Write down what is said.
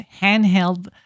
handheld